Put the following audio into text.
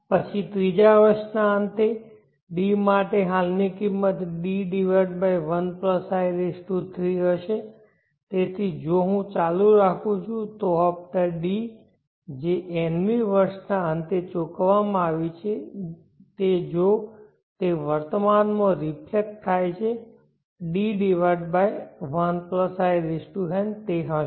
પછી ત્રીજા વર્ષના અંતે D માટે હાલની કિંમત D1i3 હશે તેથી જો હું ચાલુ રાખું છું તો હપ્તા D જે n મી વર્ષના અંતે ચૂકવવામાં આવી છે તે જો તે વર્તમાન માં રિફ્લેક્ટ થાય છે તે D1in હશે